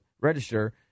register